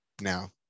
Now